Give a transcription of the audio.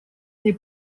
они